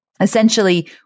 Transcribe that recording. Essentially